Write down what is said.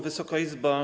Wysoka Izbo!